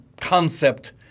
concept